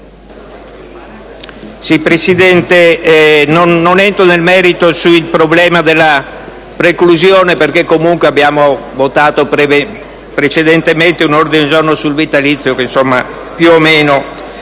Presidente, non entro nel merito del problema della preclusione, perché comunque abbiamo votato precedentemente un ordine del giorno sul vitalizio. Certamente